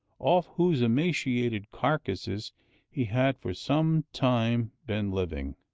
off whose emaciated carcasses he had for some time been living!